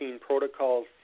protocols